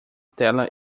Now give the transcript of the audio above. tela